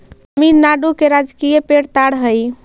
तमिलनाडु के राजकीय पेड़ ताड़ हई